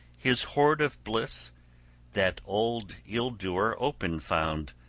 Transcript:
his hoard-of-bliss that old ill-doer open found,